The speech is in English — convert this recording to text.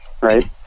right